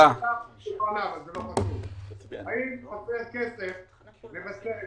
--- האם חסר כסף לבצע?